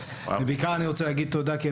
ואני בעיקר רוצה להגיד תודה כי אין